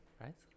Right